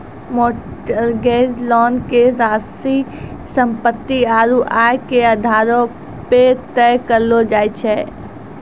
mortgage loan के राशि सम्पत्ति आरू आय के आधारो पे तय करलो जाय छै